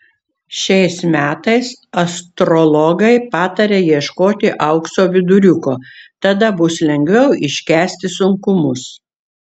šiais metais astrologai pataria ieškoti aukso viduriuko tada bus lengviau iškęsti sunkumus